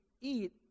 eat